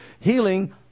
Healing